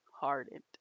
hardened